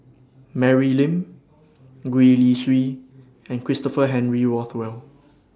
Mary Lim Gwee Li Sui and Christopher Henry Rothwell